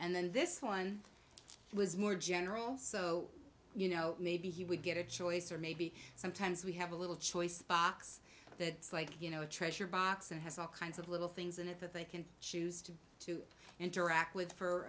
and then this one was more general so you know maybe he would get a choice or maybe sometimes we have a little choice box like you know a treasure box it has all kinds of little things in it that they can choose to to interact with for